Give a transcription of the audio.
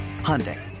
Hyundai